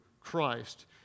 Christ